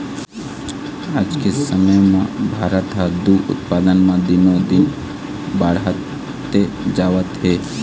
आज के समे म भारत ह दूद उत्पादन म दिनो दिन बाड़हते जावत हे